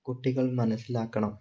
കുട്ടികൾ മനസ്സിലാക്കണം